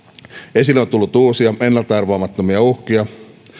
esille on tullut uusia ennalta arvaamattomia uhkia